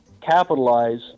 capitalize